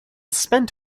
spent